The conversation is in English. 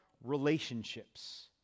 relationships